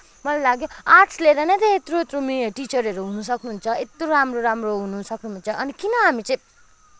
मलाई लाग्यो आर्टस लिएर नै त यत्रो यत्रो टिचरहरू हुन सक्नुहुन्छ यत्रो राम्रो राम्रो हुनु सक्नुहुन्छ अनि किन हामी चाहिँ